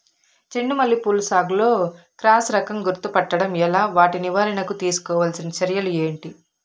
చెండు మల్లి పూల సాగులో క్రాస్ రకం గుర్తుపట్టడం ఎలా? వాటి నివారణకు తీసుకోవాల్సిన చర్యలు ఏంటి?